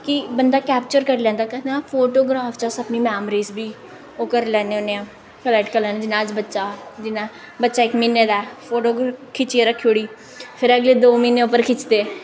कि बंदा कैप्चर करी लैंदा कन्नै फोटोग्राफ च अस अपनी मैमरीस बी ओह् करी लैने होन्ने आं कलैक्ट करी लैन्ने जियां अज्जकल बच्चा जियां बच्चा इक म्हीने दा ऐ फोटो खिच्चियै रक्खी ओड़ी फिर अगले दो म्हीने उप्पर खिच्चदे